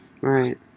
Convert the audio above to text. Right